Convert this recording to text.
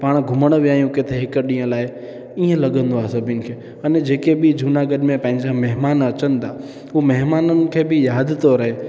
पाणि घुमण विया आहियूं किथे हिकु ॾींहं लाइ इअं लॻंदो आहे सभिनी खे अने जेके बि जूनागढ़ में पंहिंजा महिमान अचनि था हुन महिमान खे बि यादि थो रहे